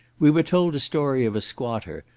we were told a story of a squatter,